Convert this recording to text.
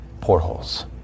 portholes